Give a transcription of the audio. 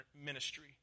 ministry